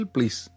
Please